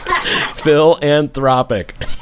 Philanthropic